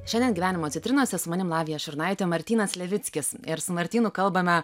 šiandien gyvenimo citrinose su manim lavija šurnaite martynas levickis ir su martynu kalbame